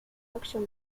auction